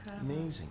amazing